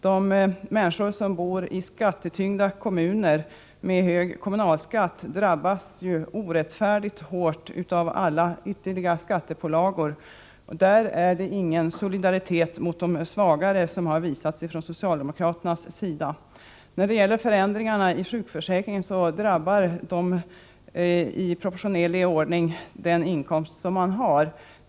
De människor som bor i de kommuner som har de tyngsta kommunalskatterna drabbas ju orättfärdigt hårt av alla ytterligare skattepålagor. Där har socialdemokraterna inte visat någon solidaritet mot de svaga i samhället. Förändringarna i sjukförsäkringen drabbar var och en i förhållande till inkomsten.